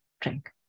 drink